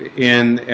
in